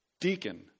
Deacon